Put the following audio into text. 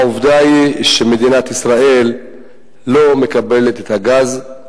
העובדה היא שמדינת ישראל לא מקבלת את הגז,